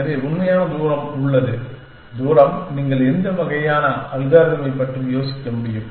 எனவே உண்மையான தூரம் உள்ளது தூரம் நீங்கள் எந்த வகையான அல்காரிதமைப் பற்றி யோசிக்க முடியும்